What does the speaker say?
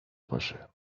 باشه